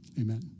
Amen